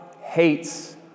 Hates